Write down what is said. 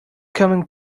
coming